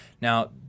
Now